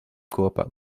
kopā